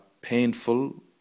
painful